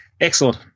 Excellent